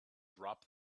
drop